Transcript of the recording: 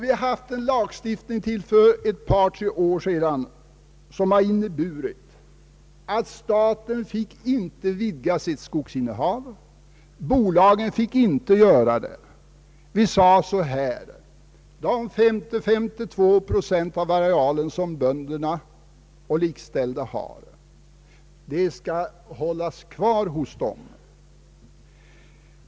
Vi har till för ett par tre år sedan haft en lagstiftning som inneburit, att staten inte kunde vidga sitt skogsinnehav och att inte heller bolagen fick göra det. Vi hävdade att de 50—532 procent av arealen som bönderna och därmed likställda hade skulle hållas kvar hos dem.